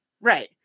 Right